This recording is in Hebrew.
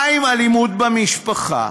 מה עם אלימות במשפחה?